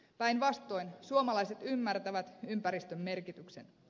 päinvastoin suomalaiset ymmärtävät ympäristön merkityksen